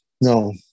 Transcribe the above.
no